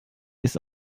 ist